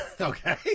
Okay